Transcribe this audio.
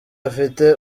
afite